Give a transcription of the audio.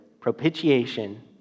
propitiation